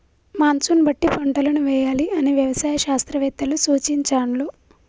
monsoon బట్టి పంటలను వేయాలి అని వ్యవసాయ శాస్త్రవేత్తలు సూచించాండ్లు